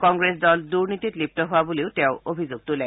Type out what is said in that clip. কংগ্ৰেছ দল দুৰ্নীতিত লিপ্ত হোৱা বুলিও তেওঁ অভিযোগ তোলে